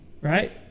Right